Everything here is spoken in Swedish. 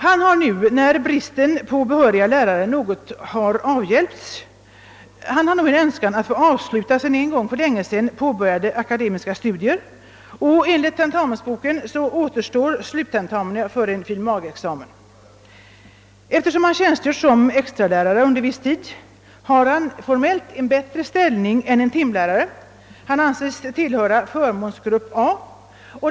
Han har nu, när bristen på behöriga lärare något avhjälpts, en önskan att få avsluta sina en gång för längesedan påbörjade akademiska studier. Enligt tentamensboken återstår sluttentamina för en fil. mag.-examen. Eftersom han tjänstgjort såsom extralärare under viss tid har han formellt en bättre ställning än en timlärare. Han anses tillhöra förmånsgrupp A.